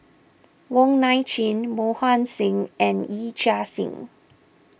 Wong Nai Chin Mohan Singh and Yee Chia Hsing